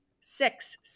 six